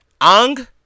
Ang